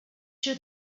true